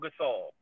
Gasol